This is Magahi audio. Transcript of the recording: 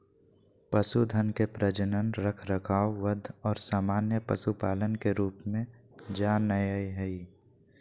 पशुधन के प्रजनन, रखरखाव, वध और सामान्य पशुपालन के रूप में जा नयय हइ